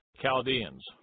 Chaldeans